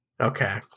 okay